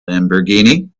lamborghini